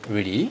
really